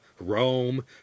Rome